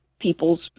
people's